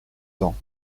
temps